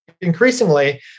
increasingly